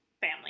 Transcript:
family